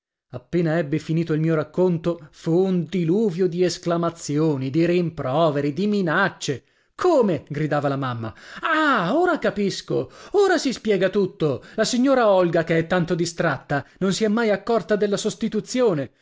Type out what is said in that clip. appena ebbi finito il mio racconto fa un diluvio di esclamazioni di rimproveri di minacce come gridava la mamma ah ora capisco ora si spiega tutto la signora olga che è tanto distratta non si è mai accorta della sostituzione